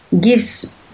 gives